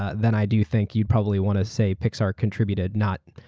ah then i do think you'd probably want to say pixar contributed not,